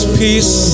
peace